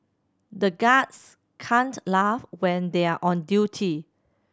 the guards can't laugh when they are on duty